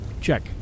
Check